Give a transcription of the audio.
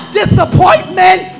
disappointment